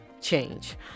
change